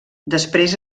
després